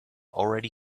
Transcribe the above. already